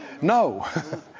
no